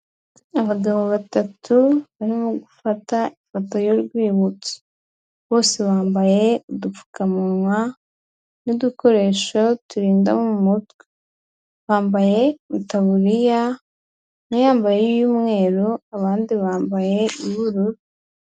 Abagabo batatu barimo gufata ifoto y'urwibutso, bose bambaye udupfukamunwa n'udukoresho turinda mu mutwe, bambaye itaburiya, umwe yambaye iy'umweru, abandi bambaye ubururu.